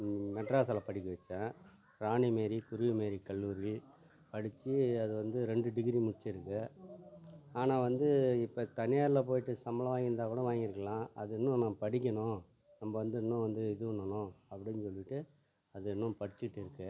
மெட்ராஸுல் படிக்க வச்சேன் ராணிமேரி குருவிமேரி கல்லூரி படித்து அது வந்து ரெண்டு டிகிரி முடிச்சுருக்கு ஆனால் வந்து இப்போ தனியாரில் போயிட்டு சம்பளம் வாங்கியிருந்தாக்கூட வாங்கிருக்கலாம் அது இன்னும் நான் படிக்கணும் நம்ம வந்து இன்னும் வந்து இது பண்ணணும் அப்படின்னு சொல்லிகிட்டு அது இன்னும் படிச்சுகிட்டு இருக்குது